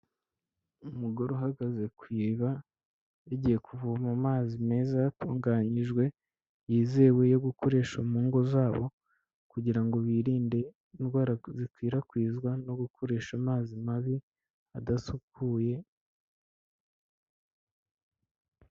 Umugore uhagaze ku iriba yagiye kuvoma amazi meza atunganyijwe yizewe yo gukoresha mu ngo zabo kugira ngo birinde indwara zikwirakwizwa no gukoresha amazi mabi adasukuye.